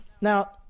Now